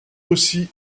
aussi